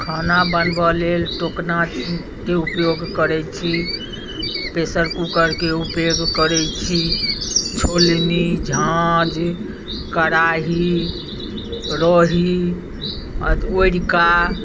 खाना बनबै लेल टोकनाके ऊपयोग करैत छी प्रेसर कुकरके ऊपयोग करैत छी छोलनी झाँझ कराही रही आ ओरिका